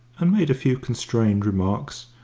and made a few constrained remarks,